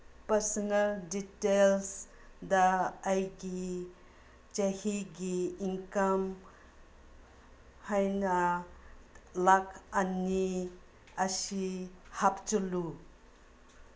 personal ꯗꯤꯇꯦꯜꯁꯗ ꯑꯩꯒꯤ ꯆꯍꯤꯒꯤ ꯏꯪꯀꯝ ꯍꯥꯏꯅ ꯂꯥꯈ ꯑꯅꯤ ꯑꯁꯤ ꯍꯥꯞꯆꯜꯂꯨ